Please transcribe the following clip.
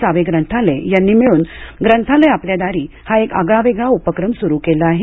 save ग्रंथालय यांनी मिळून ग्रंथालय आपल्या दारी हा एक आगळावेगळा उपक्रम सुरू केला आहे